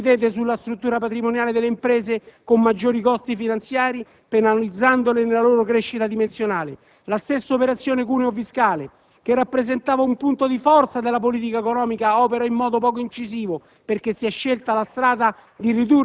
Incidete sulla struttura patrimoniale delle imprese con maggiori costi finanziari penalizzandole nella loro crescita dimensionale. La stessa operazione cuneo fiscale, che rappresentava un punto di forza della politica economica, opera in modo poco incisivo perché si è scelta la strada